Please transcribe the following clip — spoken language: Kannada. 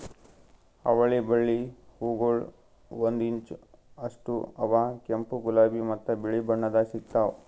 ಅವಳಿ ಬಳ್ಳಿ ಹೂಗೊಳ್ ಒಂದು ಇಂಚ್ ಅಷ್ಟು ಅವಾ ಕೆಂಪು, ಗುಲಾಬಿ ಮತ್ತ ಬಿಳಿ ಬಣ್ಣದಾಗ್ ಸಿಗ್ತಾವ್